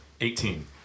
eighteen